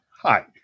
Hi